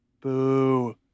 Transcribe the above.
Boo